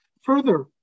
Further